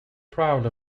proud